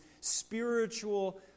spiritual